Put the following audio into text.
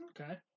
Okay